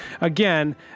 again